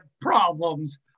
problems